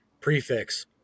prefix